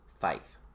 faith